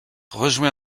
rejoint